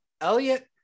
Elliot